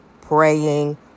praying